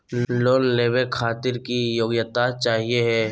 Loan लेवे खातीर की योग्यता चाहियो हे?